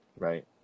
Right